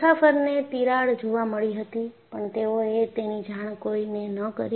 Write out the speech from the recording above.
મુસાફરોને તિરાડ જોવા મળી હતી પણ તેઓ એ તેની જાણ કોઈ ને ન કરી